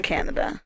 Canada